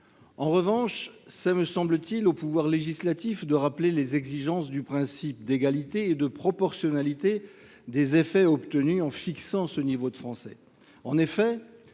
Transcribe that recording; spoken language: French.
En revanche, il me semble qu’il revient au pouvoir législatif de rappeler les exigences des principes d’égalité et de proportionnalité des effets obtenus, en fixant le niveau de langue